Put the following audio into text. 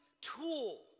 tool